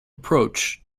approach